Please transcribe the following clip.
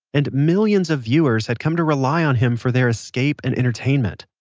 and millions of viewers had come to rely on him for their escape and entertainment.